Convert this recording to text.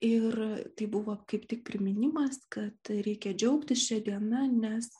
ir tai buvo kaip tik priminimas kad reikia džiaugtis šia diena nes a